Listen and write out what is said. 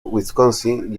wisconsin